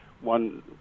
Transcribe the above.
one